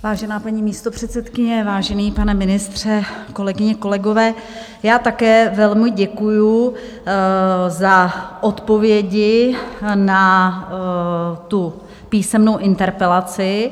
Vážená paní místopředsedkyně, vážený pane ministře, kolegyně, kolegové, já také velmi děkuju za odpovědi na tu písemnou interpelaci.